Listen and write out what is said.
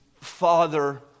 father